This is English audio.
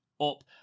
up